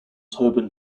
tobin